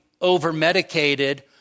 over-medicated